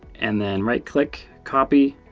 and then right click, copy.